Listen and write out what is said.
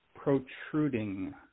protruding